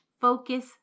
focus